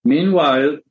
Meanwhile